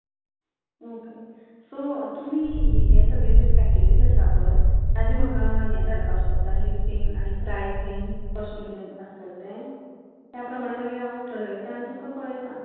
okay so तुमी हें सगळें जें पॅकेजीस आसा पळय ताचे म्हाका हें धाडपाक शकता लिस्टींग आनी प्रायसींग कशें कितें आसतलें तें त्या प्रमाणे मागीर हांव तुमकां थरयतां आनी कळयतां